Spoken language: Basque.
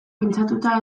pintxatuta